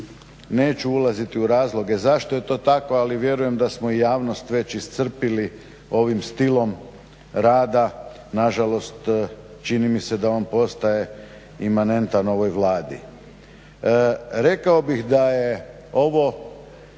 Neću ulaziti u razloge zašto je to tako ali vjerujem da smo javnost već iscrpili ovim stilom rada, nažalost čini mi se da on postaje imanentan ovoj Vladi. Rekao bih da je ovo